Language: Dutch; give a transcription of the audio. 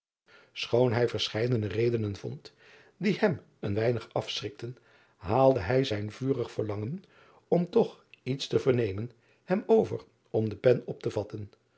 hij verscheidene redenen vond die hem een weinig afschrikten haalde zijn vurig verlangen om toch iets te vernemen hem over om de pen op te vatten